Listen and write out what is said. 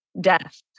death